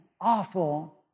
awful